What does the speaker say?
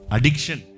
Addiction